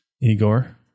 Igor